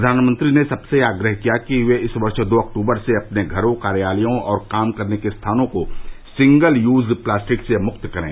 प्रधानमंत्री ने सबसे आग्रह किया कि वे इस वर्ष दो अक्टूबर से अपने घरों कार्यालयों और काम करने के स्थानों को सिंगल यूज प्लास्टिक से मुक्त करें